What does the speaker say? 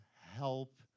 help